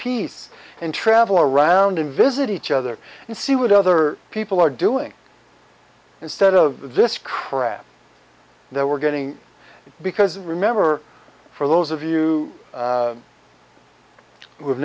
peace and travel around and visit each other and see what other people are doing instead of this crap that we're getting because remember for those of